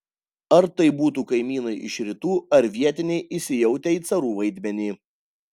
ar tai būtų kaimynai iš rytų ar vietiniai įsijautę į carų vaidmenį